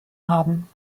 haben